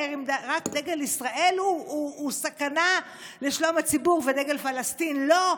האם רק דגל ישראל הוא סכנה לשלום הציבור ודגל פלסטין לא?